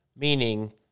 meaning